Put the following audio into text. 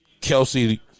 Kelsey